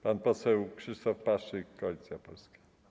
Pan poseł Krzysztof Paszyk, Koalicja Polska.